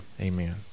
amen